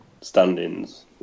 standings